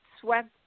swept